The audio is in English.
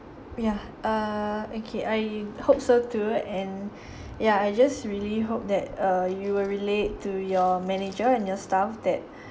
ya err okay I hope so too and ya I just really hope that uh you will relate to your manager and your staff that